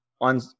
on